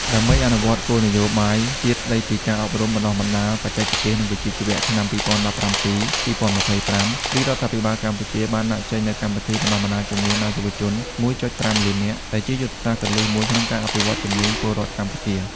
ដើម្បីអនុវត្តគោលនយោបាយជាតិស្តីពី ការអប់រំបណ្តុះបណ្តាលបច្ចេកទេស និងវិជ្ជាជីវៈឆ្នាំ២០១៧-២០២៥ រាជរដ្ឋាភិបាលកម្ពុជាបានដាក់ចេញនូវ កម្មវិធីបណ្តុះបណ្តាលជំនាញដល់យុវជន ១.៥ លាននាក់ ដែលជាយុទ្ធសាស្ត្រគន្លឹះមួយក្នុងការអភិវឌ្ឍន៍ជំនាញពលរដ្ឋកម្ពុជា។